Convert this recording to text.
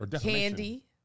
Candy